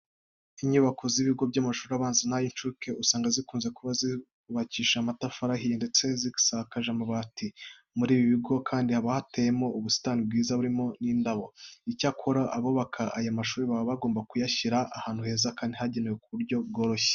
Inyubako z'ibigo by'amashuri abanza n'ay'incuke usanga zikunze kuba zubakishije amatafari ahiye ndetse zisakaje amabati. Muri ibi bigo kandi haba hateyemo ubusitani bwiza burimo n'indabo. Icyakora abubaka aya mashuri baba bagomba kuyashyira ahantu heza kandi hagendeka ku buryo bworoshye.